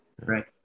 right